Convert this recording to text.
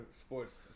sports